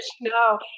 no